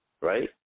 right